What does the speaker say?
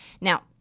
Now